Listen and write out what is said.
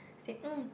say mm